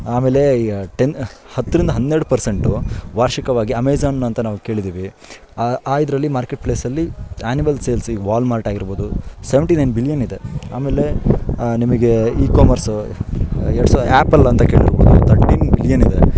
ಆಮೇಲೆ ಈಗ ಟೆನ್ ಹತ್ರಿಂದ ಹನ್ನೆರಡು ಪರ್ಸೆಂಟು ವಾರ್ಷಿಕವಾಗಿ ಅಮೆಝಾನ್ ಅಂತ ನಾವು ಕೇಳಿದ್ದೀವಿ ಆ ಆ ಇದರಲ್ಲಿ ಮಾರ್ಕೆಟ್ ಪ್ಲೇಸಲ್ಲಿ ಆನಿವಲ್ ಸೇಲ್ಸ್ ಈಗ ವಾಲ್ ಮಾರ್ಟ್ ಆಗಿರ್ಬೋದು ಸೆವೆಂಟಿ ನೈನ್ ಬಿಲಿಯನ್ ಇದೆ ಆಮೇಲೆ ನಿಮಗೆ ಈ ಕಾಮರ್ಸ್ ಎರಡು ಸಹ ಆ್ಯಪಲ್ ಅಂತ ಕೇಳಿರಬಹುದು ತರ್ಟೀನ್ ಬಿಲಿಯನ್ ಇದೆ